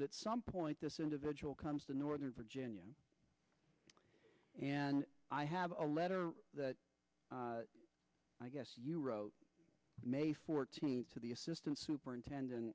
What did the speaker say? that at some point this individual comes to northern virginia and i have a letter that i guess you wrote may fourteenth to the assistant superintendent